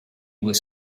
were